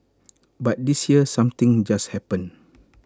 but this year something just happened